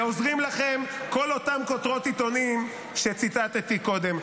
ועוזרות לכם כל אותן כותרות עיתונים שציטטתי קודם.